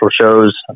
shows